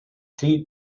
three